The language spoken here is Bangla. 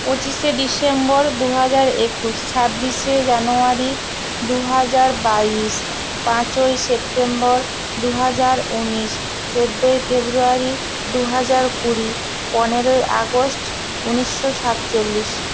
পঁচিশে ডিসেম্বর দু হাজার একুশ ছাব্বিশে জানুয়ারি দু হাজার বাইশ পাঁচই সেপ্টেম্বর দু হাজার উনিশ চোদ্দোই ফেব্রুয়ারি দু হাজার কুড়ি পনেরোই আগস্ট উনিশশো সাতচল্লিশ